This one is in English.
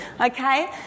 okay